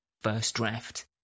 first-draft